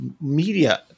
media